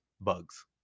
bugs